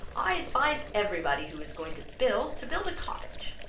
i advise every body who is going to build, to build a cottage.